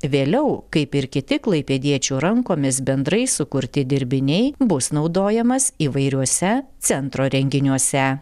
vėliau kaip ir kiti klaipėdiečių rankomis bendrai sukurti dirbiniai bus naudojamas įvairiuose centro renginiuose